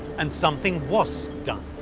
and something was done.